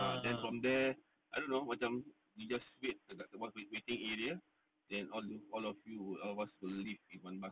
then from there I don't know macam you just wait dekat waiting area then all the all of you all of us will leave in one bus lah